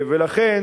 ולכן